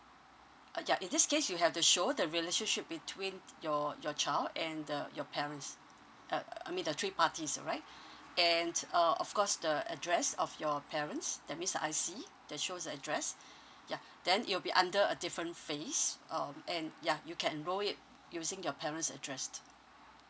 uh ya in this case you have to show the relationship between your your child and the your parents uh I mean the three parties alright and uh of course the address of your parents that means the I_C that shows the address ya then it will be under a different phase um and ya you can enroll it using your parents' address